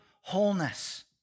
wholeness